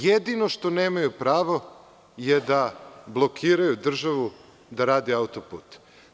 Jedino što nemaju pravo je da blokiraju državu da radi autoput.